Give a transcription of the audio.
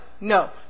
No